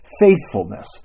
faithfulness